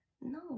no